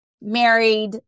married